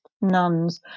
nuns